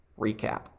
recap